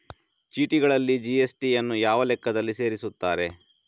ಚೀಟಿಗಳಲ್ಲಿ ಜಿ.ಎಸ್.ಟಿ ಯನ್ನು ಯಾವ ಲೆಕ್ಕದಲ್ಲಿ ಸೇರಿಸುತ್ತಾರೆ?